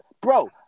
bro